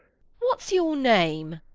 what's your name?